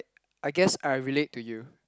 I guess I relate to you